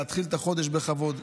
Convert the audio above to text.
להתחיל את החודש בכבוד,